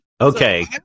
Okay